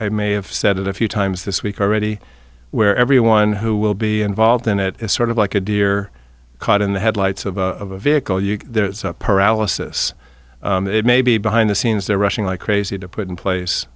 i may have said it a few times this week already where everyone who will be involved in it is sort of like a deer caught in the headlights of a vehicle you there's a paralysis it may be behind the scenes they're rushing like crazy to put in place